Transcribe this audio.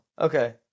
Okay